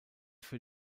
für